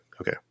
Okay